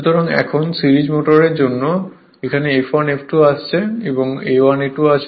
সুতরাং এখন সিরিজ মোটরের জন্য এখানেও F1 F2 আছে A1 A2 আছে